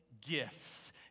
gifts